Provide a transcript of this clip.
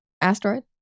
Asteroid